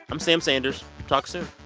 i'm sam sanders. talk soon